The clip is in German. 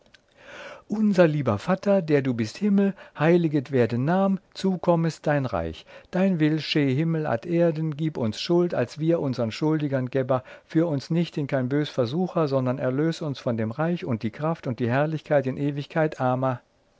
unser lieber vatter der du bist himmel heiliget werde nam zu kommes dein reich dein will schee himmel ad erden gib uns schuld als wir unsern schuldigern geba führ uns nicht in kein bös versucha sondern erlöß uns von dem reich und die krafft und die herrlichkeit in ewigkeit ama